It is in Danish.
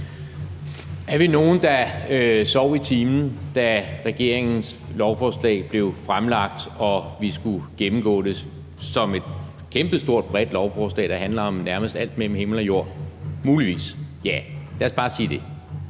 Var vi nogle, der sov i timen, da regeringens lovforslag blev fremsat og vi skulle gennemgå det som et kæmpestort, bredt lovforslag, der handler om nærmest alt mellem himmel og jord? Muligvis, ja, lad os bare sige det.